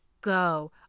go